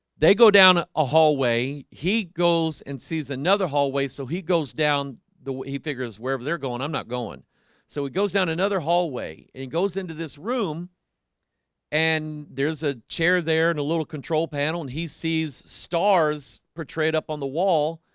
they go down a ah hallway he goes and sees another hallway so he goes down the way he figures wherever they're going i'm not going so it goes down another hallway and goes into this room and there's a chair there in a little control panel and he sees stars portrayed up on the wall